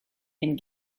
and